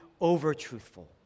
over-truthful